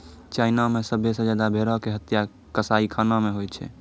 China मे सभ्भे से ज्यादा भेड़ो के हत्या कसाईखाना मे होय छै